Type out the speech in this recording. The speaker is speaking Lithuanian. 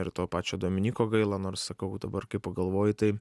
ir to pačio dominyko gaila nors sakau dabar kai pagalvoji tai